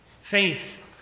Faith